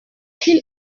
qu’il